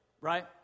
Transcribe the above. right